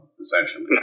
essentially